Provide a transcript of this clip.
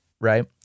Right